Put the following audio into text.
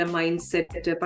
mindset